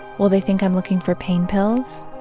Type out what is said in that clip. will they think i'm looking for pain pills?